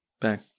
back